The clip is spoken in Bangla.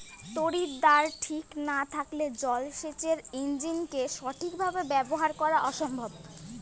তড়িৎদ্বার ঠিক না থাকলে জল সেচের ইণ্জিনকে সঠিক ভাবে ব্যবহার করা অসম্ভব